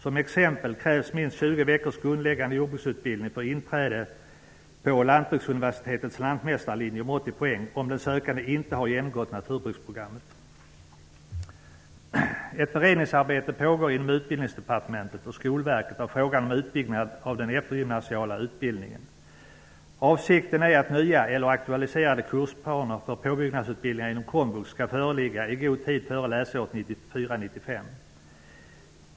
Som exempel krävs minst 20 veckors grundläggande jordbruksutbildning för inträde på Ett beredningsarbete pågår inom Utbildningsdepartementet och Skolverket av frågan om utbyggnad av den eftergymnasiala utbildningen. Avsikten är att nya eller aktualiserade kursplaner för påbyggnadsutbildningar inom komvux skall föreligga i god tid före läsåret 1994/95.